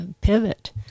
pivot